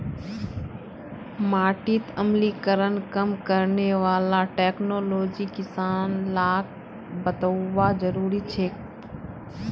माटीत अम्लीकरण कम करने वाला टेक्नोलॉजी किसान लाक बतौव्वा जरुरी छेक